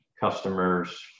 customers